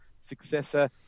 successor